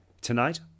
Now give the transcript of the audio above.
tonight